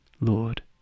Lord